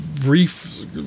brief